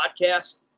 podcast